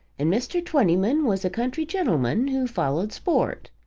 and mr. twentyman was a country gentleman who followed sport.